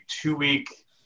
two-week